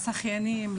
לשחיינים,